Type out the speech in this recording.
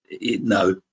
No